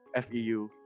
FEU